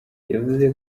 yavuze